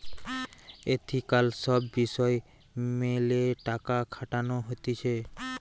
ethical সব বিষয় মেলে টাকা খাটানো হতিছে